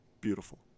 beautiful